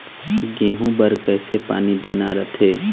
गेहूं बर कइसे पानी देना रथे?